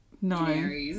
No